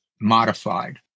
modified